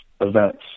events